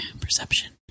perception